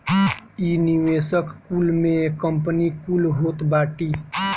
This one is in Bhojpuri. इ निवेशक कुल में कंपनी कुल होत बाटी